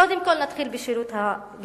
קודם כול, נתחיל בשירות המדינה.